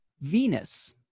Venus